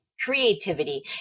creativity